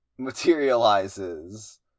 materializes